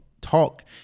talk